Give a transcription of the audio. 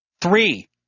Three